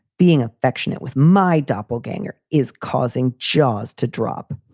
being affectionate with my doppelganger is causing jaws to drop.